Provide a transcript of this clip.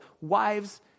wives